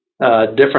different